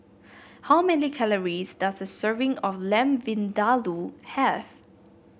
how many calories does a serving of Lamb Vindaloo have